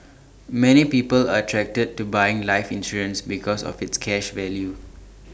many people are attracted to buying life insurance because of its cash value